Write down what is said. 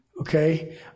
Okay